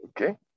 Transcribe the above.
Okay